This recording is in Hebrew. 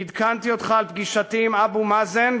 עדכנתי אותך על פגישתי עם אבו מאזן,